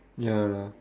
ya lah